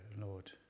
Lord